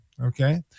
Okay